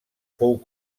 fou